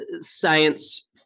science